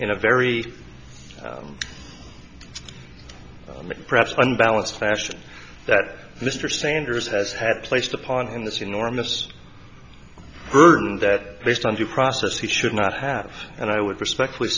in a very limited perhaps unbalanced fashion that mr sanders has have placed upon him this enormous burden that based on due process he should not have and i would respectfully